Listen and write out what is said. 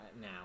now